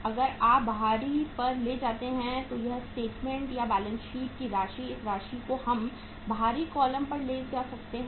अगर आप बाहरी पर ले जाते हैं इस स्टेटमेंट या बैलेंस शीट की इस राशि को हम बाहरी कॉलम पर ले जा सकते हैं